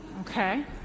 Okay